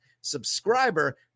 subscriber